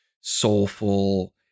soulful